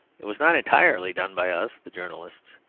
it was not entirely done by us, the journalists.